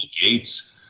Gates